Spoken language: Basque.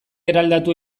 eraldatu